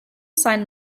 sign